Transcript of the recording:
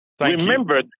Remember